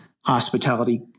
hospitality